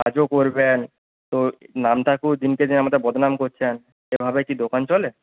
কাজও করবেন তো নামটাকেও দিনকে দিন আমাদের বদনাম করছেন এভাবে কি দোকান চলে